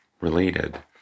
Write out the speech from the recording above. related